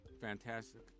fantastic